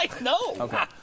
No